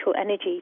energy